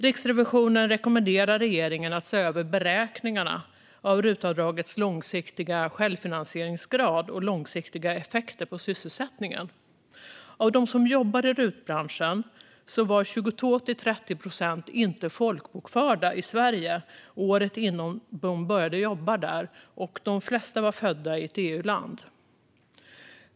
Riksrevisionen rekommenderar regeringen att se över beräkningarna av RUT-avdragets långsiktiga självfinansieringsgrad och långsiktiga effekter på sysselsättningen. Av dem som jobbar i RUT-branschen var 22-30 procent inte folkbokförda i Sverige året innan de började jobba där, och de flesta var födda i ett EU-land.